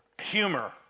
humor